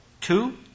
Two